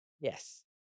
yes